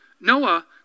Noah